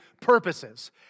purposes